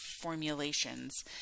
formulations